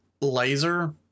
Laser